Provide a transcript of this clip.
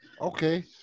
Okay